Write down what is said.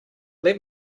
let